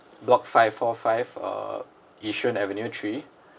block five four five uh Yishun avenue three